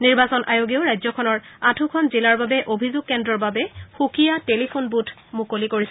নিৰ্বাচন আয়োগেও ৰাজ্যখনৰ আঠোখন জিলাৰ অভিযোগ কেন্দ্ৰৰ বাবে সুকীয়া টেলিফোন বুথ মুকলি কৰিছে